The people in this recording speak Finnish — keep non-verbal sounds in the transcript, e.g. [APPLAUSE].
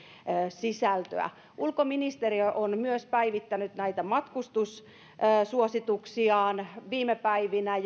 sisältöä myös ulkoministeriö on päivittänyt näitä matkustussuosituksiaan viime päivinä [UNINTELLIGIBLE]